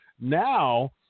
Now